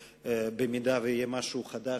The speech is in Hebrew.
ובמידה שיהיה משהו חדש,